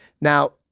Now